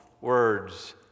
words